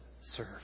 serve